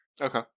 Okay